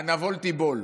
ה"נבול תיבול".